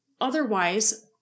otherwise